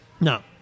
No